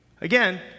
Again